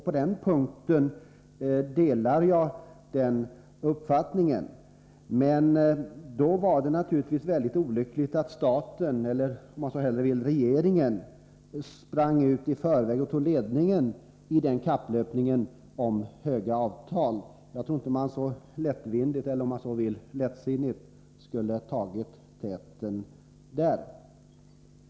På den punkten delar jag hennes uppfattning, men då var det naturligtvis ytterst olyckligt att staten — eller om man så vill regeringen — sprang ut och tog ledningen i kapplöpningen om höga avtal. Jag tror inte att man så lättvindigt — eller om man så vill lättsinnigt — borde ha tagit täten där.